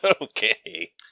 okay